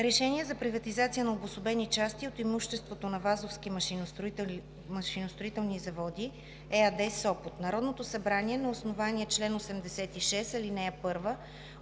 „РЕШЕНИЕ за приватизация на обособени части от имуществото на „Вазовски машиностроителни заводи“ ЕАД – Сопот Народното събрание на основание чл. 86, ал. 1